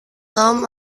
tom